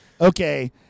Okay